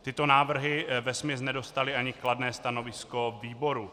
Tyto návrhy vesměs nedostaly ani kladné stanovisko výboru.